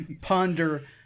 ponder